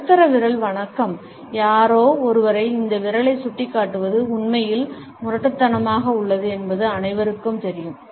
நடுத்தர விரல் வணக்கம் யாரோ ஒருவரை இந்த விரலை சுட்டிக்காட்டுவது உண்மையில் முரட்டுத்தனமாக உள்ளது என்பது அனைவருக்கும் தெரியும்